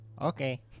Okay